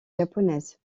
japonaise